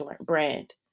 brand